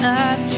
up